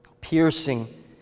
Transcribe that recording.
piercing